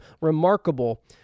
remarkable